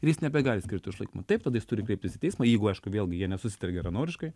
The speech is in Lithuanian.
ir jis nebegali skirti išlaikymo taip tada jis turi kreiptis į teismą jeigu aišku vėlgi jie nesusitarė geranoriškai